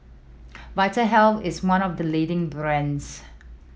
Vitahealth is one of the leading brands